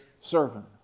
servant